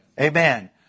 Amen